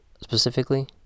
specifically